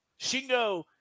Shingo